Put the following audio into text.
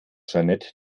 jeanette